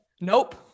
Nope